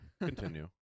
Continue